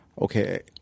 Okay